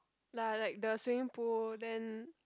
lah like the swimming pool then